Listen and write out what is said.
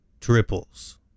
triples